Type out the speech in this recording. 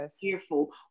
fearful